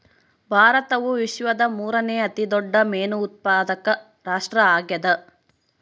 ಭಾರತವು ವಿಶ್ವದ ಮೂರನೇ ಅತಿ ದೊಡ್ಡ ಮೇನು ಉತ್ಪಾದಕ ರಾಷ್ಟ್ರ ಆಗ್ಯದ